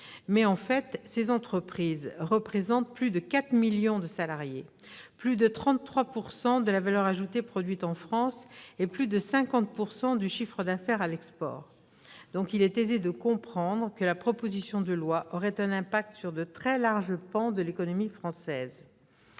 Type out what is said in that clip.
faible, mais ces 243 entreprises représentent en réalité plus de 4 millions de salariés, plus de 33 % de la valeur ajoutée produite en France et plus de 50 % du chiffre d'affaires à l'export ! Il est donc aisé de comprendre que la proposition de loi aurait un effet sur de très larges pans de l'économie française.